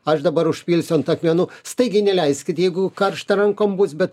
aš dabar užpilsiu ant akmenų staigiai neleiskit jeigu karšta rankom bus bet